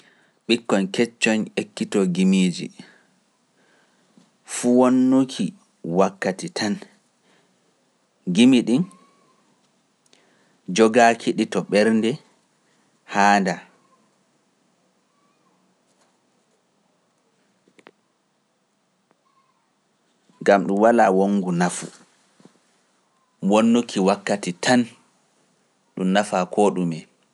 Ɓikkoñ keccoñ ekkitoo gimiiji, fuu wonnuki wakkati tan, gimi ɗin jogaaki ɗi to ɓernde haanda, ngam ɗum walaa wongu nafu, wonnuki wakkati tan ɗum nafaa koo ɗume.